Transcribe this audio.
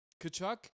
Kachuk